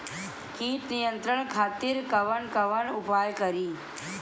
कीट नियंत्रण खातिर कवन कवन उपाय करी?